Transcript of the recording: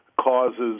causes